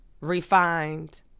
refined